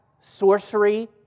sorcery